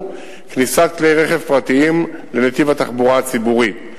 כניסת כלי-רכב פרטיים לנתיב התחבורה הציבורית.